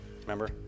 remember